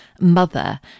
mother